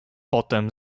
potem